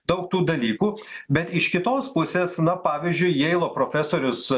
daug tų dalykų bet iš kitos pusės na pavyzdžiui jeilo profesorius